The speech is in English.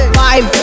five